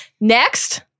Next